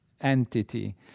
entity